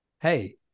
hey